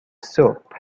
soup